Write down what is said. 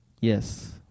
Yes